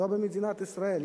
לא במדינת ישראל.